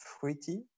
fruity